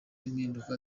impinduka